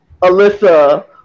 Alyssa